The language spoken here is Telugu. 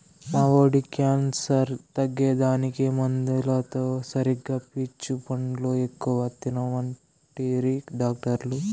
మా వోడి క్యాన్సర్ తగ్గేదానికి మందులతో సరిగా పీచు పండ్లు ఎక్కువ తినమంటిరి డాక్టర్లు